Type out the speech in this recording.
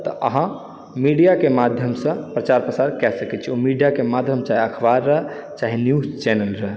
तऽ अहॉँ मीडियाके माध्यमसँ प्रचार प्रसार कए सकै छी ओ मीडियाके माध्यमसँ अखबार चाहे न्यूज चैनल रहै